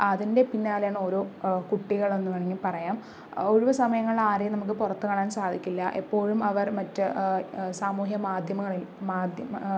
അതിന്റെ പിന്നാലെയാണ് ഓരോ കുട്ടികളും എന്ന് വേണമെങ്കിൽ പറയാം ഒഴിവുസമയങ്ങളില് ആരെയും നമുക്ക് പുറത്ത് കാണാന് സാധിക്കില്ല എപ്പോഴും അവര് മറ്റു സാമൂഹിക മാധ്യമങ്ങളില് മാധ്യ